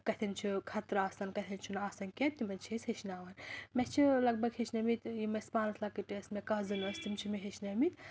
کَتٮ۪ن چھُ خطرٕ آسان کَتٮ۪ن چھُنہٕ آسان کیٚنٛہہ تِمن چھِ أسۍ ہیٚچھناوان مےٚ چھِ لگ بگ ہیٚچھنٲومٕتۍ یِم اَسہِ پانَس لۄکٕٹۍ ٲسۍ مےٚ کَزٕن ٲسۍ تِم چھِ مےٚ ہیٚچھنٲمٕتۍ